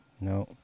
No